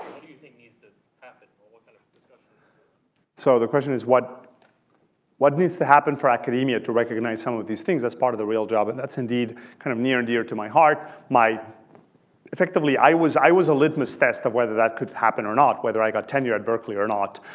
do you think needs to happen or what kind of discussion so the question is what what needs to happen for academia to recognize some of these things as part of the real job? and that's indeed kind of near and dear to my heart. effectively, i was i was a litmus test of whether that could happen or not, whether i got tenure at berkeley or not.